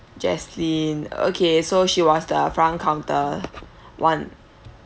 jaslyn okay so she was the front counter [one]